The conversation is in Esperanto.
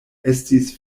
estis